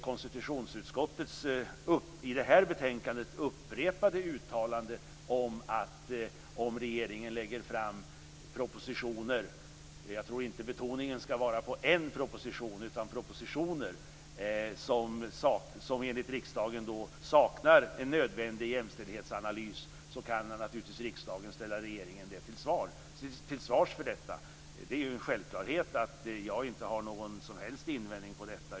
Konstitutionsutskottet upprepar i betänkandet sitt uttalande att om regeringen lägger fram propositioner - jag tror inte att betoningen skall läggas på en proposition - som enligt riksdagen saknar en nödvändig jämställdhetsanalys, kan riksdagen ställa regeringen till svars. Det är en självklarhet att jag inte har någon invändning mot det.